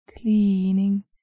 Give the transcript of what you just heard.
cleaning